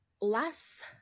less